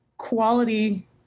quality